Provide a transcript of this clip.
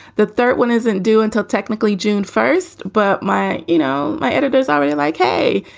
the third one isn't due until technically june first. but my you know, my editors already like, hey,